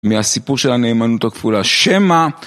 מהסיפור של הנאמנות הכפולה. שמא...